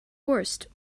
worst